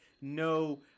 no